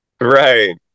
Right